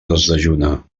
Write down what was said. desdejuna